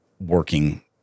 working